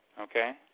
Okay